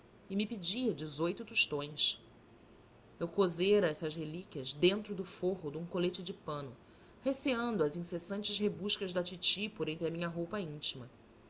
e me pedia dezoito tostões eu cozera estas dentro do forro de um colete de pano receando as incessantes rebuscas da titi por entre a minha roupa íntima